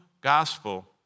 gospel